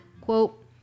quote